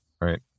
right